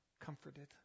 comforted